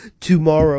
tomorrow